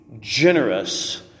generous